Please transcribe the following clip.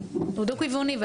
דו-כיווני.